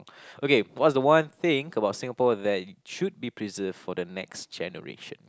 okay what's the one thing about Singapore that should be preserved for the next generation